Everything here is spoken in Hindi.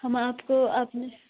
हम आपको आपने